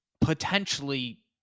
Potentially